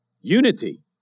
unity